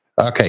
Okay